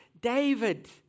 David